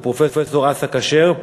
ואת פרופסור אסא כשר.